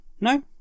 no